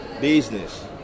business